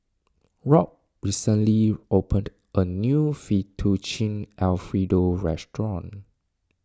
Rob recently opened a new Fettuccine Alfredo restaurant